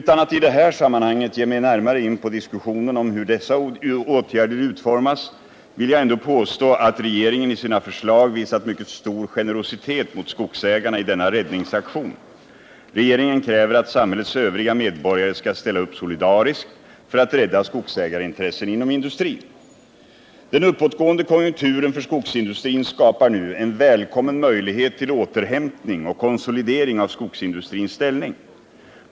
Utan att i det här sammanhanget ge mig närmare in på diskussionen om hur dessa åtgärder utformats vill jag ändå påstå att regeringen i sina förslag visat mycket stor generositet mot skogsägarna i denna räddningsaktion. Regeringen kräver att samhällets övriga medborgare skKall ställa upp solidariskt för att rädda skogsägarintressen inom industrin. Den uppåtgående konjunkturen för skogsindustrin skapar nu en välkommen möjlighet till återhämtning och konsolidering av skogsindustrins ställning.